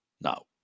Now